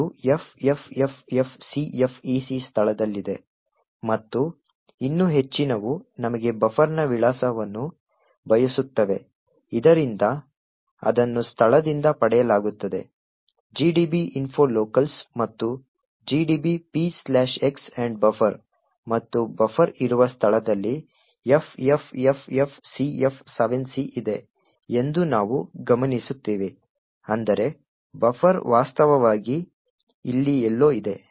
ಇದು FFFFCFEC ಸ್ಥಳದಲ್ಲಿದೆ ಮತ್ತು ಇನ್ನೂ ಹೆಚ್ಚಿನವು ನಮಗೆ ಬಫರ್ನ ವಿಳಾಸವನ್ನು ಬಯಸುತ್ತವೆ ಇದರಿಂದ ಅದನ್ನು ಸ್ಥಳದಿಂದ ಪಡೆಯಲಾಗುತ್ತದೆ gdb info locals ಮತ್ತು gdb px buffer ಮತ್ತು ಬಫರ್ ಇರುವ ಸ್ಥಳದಲ್ಲಿ FFFFCF7C ಇದೆ ಎಂದು ನಾವು ಗಮನಿಸುತ್ತೇವೆ ಅಂದರೆ ಬಫರ್ ವಾಸ್ತವವಾಗಿ ಇಲ್ಲಿ ಎಲ್ಲೋ ಇದೆ